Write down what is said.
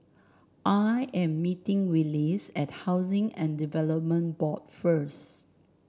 I am meeting Willis at Housing and Development Board first